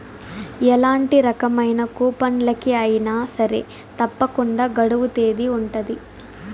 ఎలాంటి రకమైన కూపన్లకి అయినా సరే తప్పకుండా గడువు తేదీ ఉంటది